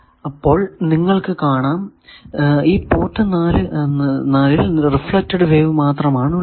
അപ്പോൾ നിങ്ങൾക്കു കാണാം ഈ പോർട്ട് 4 ൽ റിഫ്ലെക്ടഡ് വേവ് മാത്രമാണ് ഉള്ളത്